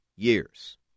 years